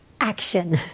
action